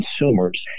consumers